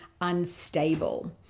unstable